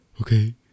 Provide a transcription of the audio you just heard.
Okay